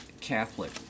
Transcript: Catholic